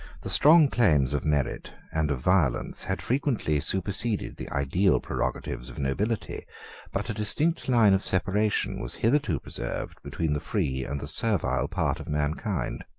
the strong claims of merit and of violence had frequently superseded the ideal prerogatives of nobility but a distinct line of separation was hitherto preserved between the free and the servile part of mankind.